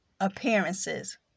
appearances